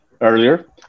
earlier